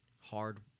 hard